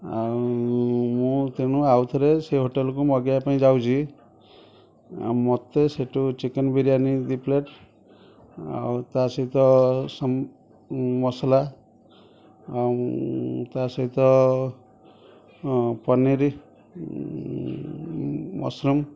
ଆଉ ମୁଁ ତେଣୁ ଆଉ ଥରେ ସେଇ ହୋଟେଲ୍କୁ ମାଗେଇବା ପାଇଁ ଯାଉଛି ଆଉ ମୋତେ ସେଠୁ ଚିକେନ୍ ବିରିୟାନୀ ଦୁଇ ପ୍ଲେଟ୍ ଆଉ ତା ସହିତ ସମ ମସଲା ଆଉ ତା ସହିତ ପନିର୍ ମଶୃମ୍